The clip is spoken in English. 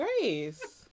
grace